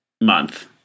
month